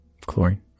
chlorine